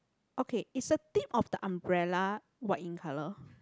okay is the tip of the umbrella white in colour